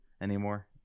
anymore